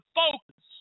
focus